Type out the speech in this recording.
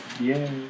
Yay